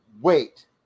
Wait